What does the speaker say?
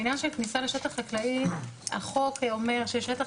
בעניין של כניסה לשטח חקלאי החוק אומר ששטח